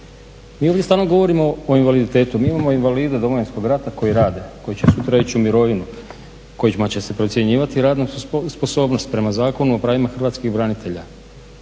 Mi ovdje stalno govorimo o invaliditetu, mi imamo invalide Domovinskog rata koji rade, koji će sutra ići u mirovinu, kojima će se procjenjivati radna sposobnost prema Zakonu o pravima Hrvatskih branitelja.